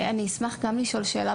אני אשמח גם לשאול שאלה,